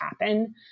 happen